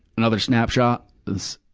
another snapshot is,